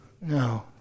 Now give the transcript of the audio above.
No